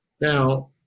Now